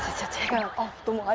take off their